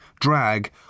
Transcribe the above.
drag